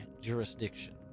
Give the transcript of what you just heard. jurisdiction